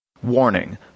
Warning